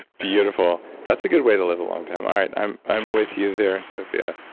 beautiful. that's a good way to live a long time. all right, i'm i'm with you there sophia.